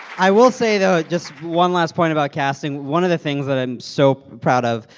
i will say, though just one last point about casting one of the things that i'm so proud of,